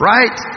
Right